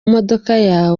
modoka